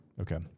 Okay